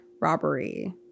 robbery –